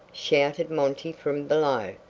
shouted monty from below.